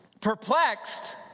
Perplexed